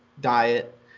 diet